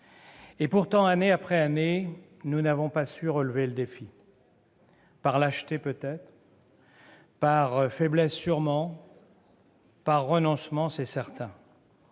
Pourtant, année après année, nous n'avons pas su relever le défi : par lâcheté, peut-être ; par faiblesse, sûrement ; par renoncement, c'est certain.